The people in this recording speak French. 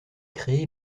créé